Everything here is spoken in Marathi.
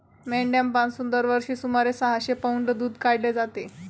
मेंढ्यांपासून दरवर्षी सुमारे सहाशे पौंड दूध काढले जाते